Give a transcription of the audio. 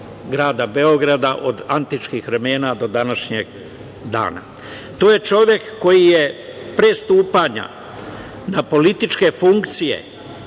Beograda od antičkih vremena do današnjeg dana. To je čovek koji je pre stupanja na političke funkcije